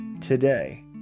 today